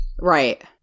Right